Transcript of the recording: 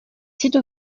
site